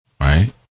Right